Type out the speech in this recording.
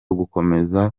gukomeza